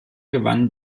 gewannen